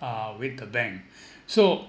uh with the bank so